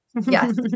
yes